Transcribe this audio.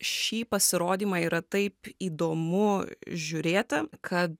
šį pasirodymą yra taip įdomu žiūrėti kad